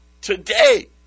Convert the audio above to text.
Today